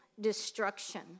destruction